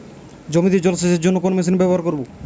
জমিতে জল সেচের জন্য কোন মেশিন ব্যবহার করব?